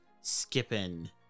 skipping